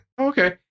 Okay